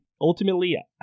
ultimately